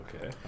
Okay